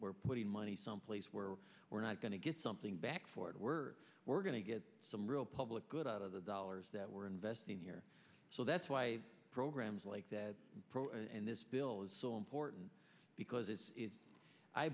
putting money someplace where we're not going to get something back for it we're we're going to get some real public good out of the dollars that we're investing here so that's why programs like that and this bill is so important because it's i